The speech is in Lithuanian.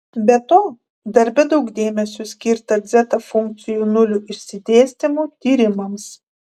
be to darbe daug dėmesio skirta dzeta funkcijų nulių išsidėstymo tyrimams